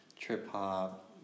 trip-hop